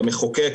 במחוקק,